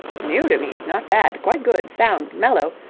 new to me. not bad. quite good. sound. mellow.